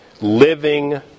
living